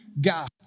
God